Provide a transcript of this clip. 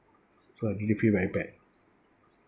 so I really feel very bad